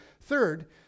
third